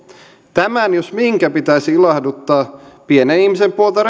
tämän jos minkä pitäisi ilahduttaa retoriikassaan pienen ihmisen puolta